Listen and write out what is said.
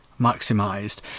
maximized